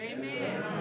Amen